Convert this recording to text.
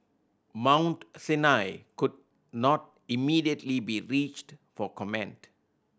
Mount Sinai could not immediately be reached for comment